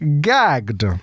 gagged